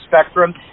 spectrum